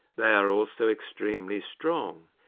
they are also extremely strong.